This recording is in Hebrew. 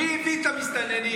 מי הביא את המסתננים?